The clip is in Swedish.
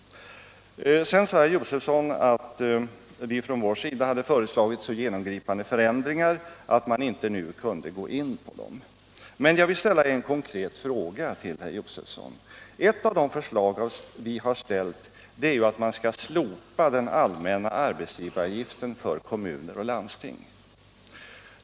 Herr Josefson sade sedan att vi från vår sida hade föreslagit så genomgripande förändringar att man inte kunde gå in på dem. Jag vill därför ställa en konkret fråga till herr Josefson. Ett av de förslag vi har ställt är att man skall slopa den allmänna arbetsgivaravgiften för kommuner och landsting.